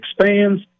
expands